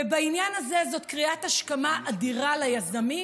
ובעניין הזה זאת קריאת השכמה אדירה ליזמים